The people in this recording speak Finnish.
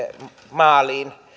maaliin